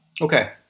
Okay